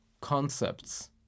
concepts